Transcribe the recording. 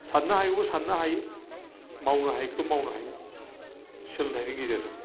साननो हायिखौबो साननो हायो मावनो हायिखौबो मावनो हायो सोलोंथायनि गेजेरजों